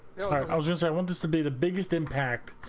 was to be the biggest impact